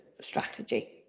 strategy